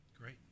Great